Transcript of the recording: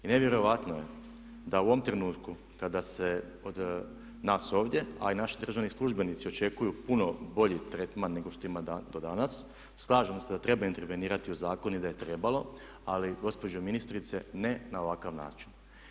Nevjerojatno je da u ovom trenutku kada se od nas ovdje, a i naši državni službenici očekuju puno bolji tretman nego što imaju do danas, slažem se da treba intervenirati u zakon i da je trebalo, ali gospođo ministrice ne na ovakav način.